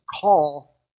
call